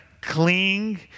cling